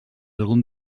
algun